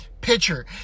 pitcher